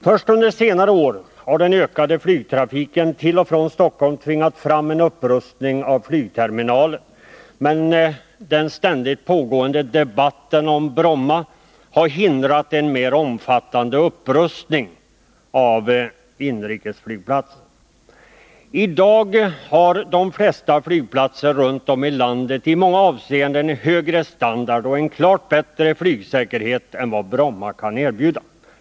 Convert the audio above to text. Först under senare år har den ökade flygtrafiken till och från Stockholm tvingat fram en upprustning av flygterminalen, men den ständigt pågående debatten om Bromma flygplats har hindrat en mer omfattande upprustning av inrikesflygplatsen. I dag har de flesta flygplatser runt om i landet i många avseenden en högre standard och en klart bättre flygsäkerhet än den som Bromma kan erbjuda.